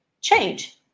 change